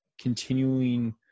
continuing